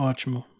Ótimo